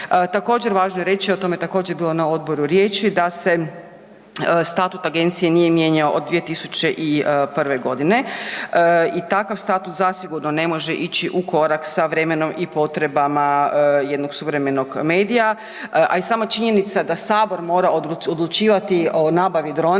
Također važno je reći, o tome je također bilo na odboru riječi da se statut agencije nije mijenjao od 2001. godine i takav statut zasigurno ne može ići u korak s vremenom i potrebama jednog suvremenog medija. A i sama činjenica da Sabor mora odlučivati o nabavi drona,